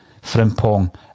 Frimpong